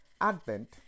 advent